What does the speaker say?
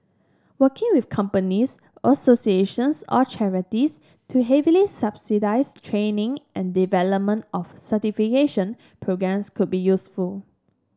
working with companies associations or charities to heavily subsidise training and development of certification programmes could be useful